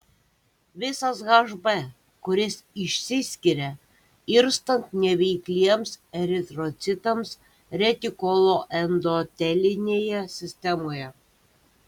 visas hb kuris išsiskiria irstant neveikliems eritrocitams retikuloendotelinėje sistemoje